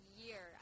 year